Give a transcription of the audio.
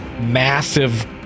massive